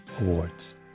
awards